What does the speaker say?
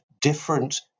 different